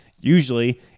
Usually